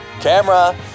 camera